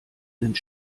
sind